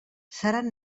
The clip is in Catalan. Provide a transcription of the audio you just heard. seran